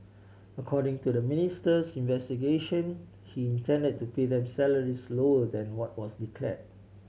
according to the ministry's investigation he intended to pay them salaries lower than what was declared